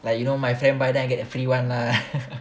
like you know my friend buy then I get the free one lah